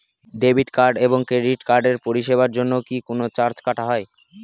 Debit card এবং credit কার্ডের পরিষেবার জন্য কি কোন চার্জ কাটা হয়?